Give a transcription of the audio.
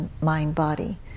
mind-body